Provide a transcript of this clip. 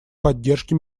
поддержки